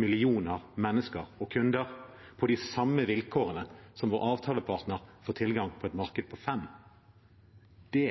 millioner mennesker og kunder på de samme vilkårene som vår avtalepartner får tilgang på et marked på 5 millioner. Det